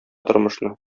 тормышны